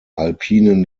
alpinen